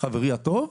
חברי הטוב,